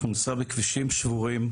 אנחנו ניסע בכבישים שבורים,